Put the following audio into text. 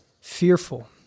fearful